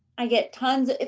i get tons.